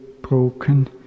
broken